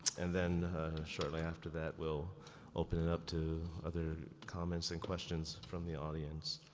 and then shortly after that we'll open it up to other comments and questions from the audience.